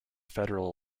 federal